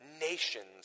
nations